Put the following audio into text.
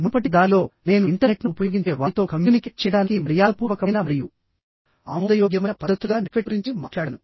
మునుపటి దానిలో నేను ఇంటర్నెట్ను ఉపయోగించే వారితో కమ్యూనికేట్ చేయడానికి మర్యాదపూర్వకమైన మరియు ఆమోదయోగ్యమైన పద్ధతులుగా నెట్క్వెట్ గురించి మాట్లాడాను